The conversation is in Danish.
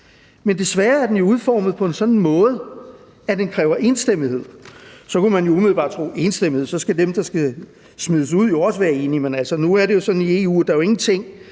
Men desværre er den jo udformet på en sådan måde, at den kræver enstemmighed. Så kunne man jo egentlig umiddelbart tro, at ved enstemmigehd skal dem, der skal smides ud, også være enige. Men nu er det sådan i EU, at ingenting